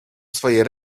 swoje